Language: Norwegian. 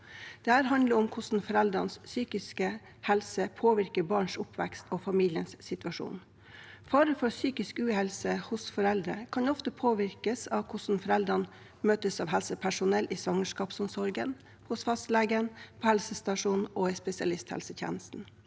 Dette handler om hvordan foreldrenes psykiske helse påvirker barns oppvekst og familiens situasjon. Fare for psykisk uhelse hos foreldre kan ofte påvirkes av hvordan foreldrene møtes av helsepersonell i svangerskapsomsorgen, hos fastlegen, på helsestasjonen og i spesialisthelsetjenesten.